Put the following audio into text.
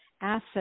asset